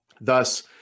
Thus